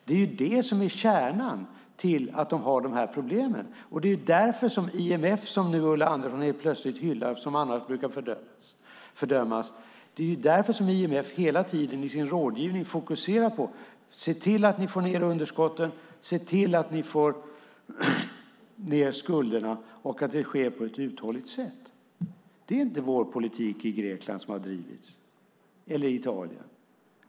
Det är ju det som är kärnan till att de har de här problemen. Det är därför som IMF, som nu Ulla Andersson helt plötsligt hyllar men som hon annars brukar fördöma, hela tiden i sin rådgivning fokuserar på: Se till att ni får ned underskotten, se till att ni får ned skulderna och att det sker på ett uthålligt sätt! Det är inte vår politik som har drivits i Grekland eller i Italien.